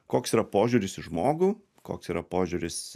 koks yra požiūris į žmogų koks yra požiūris